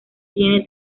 tiene